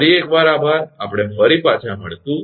ફરી એકવાર આભાર આપણે ફરીથી પાછા મળીશું